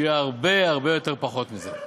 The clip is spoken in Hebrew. שזה יהיה הרבה הרבה פחות מזה.